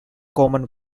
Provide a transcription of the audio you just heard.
common